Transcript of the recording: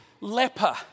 leper